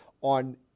on